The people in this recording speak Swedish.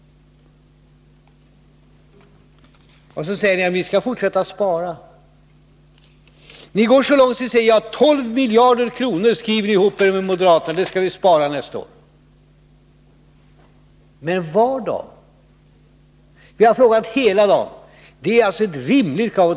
Sedan säger ni: Vi skall fortsätta att spara. Ni går så långt att ni säger: när det gäller 12 miljarder kronor har vi skrivit ihop oss med moderaterna. Det skall vi spara nästa år. Men var då? Vi har frågat hela dagen. Det är alltså ett rimligt krav.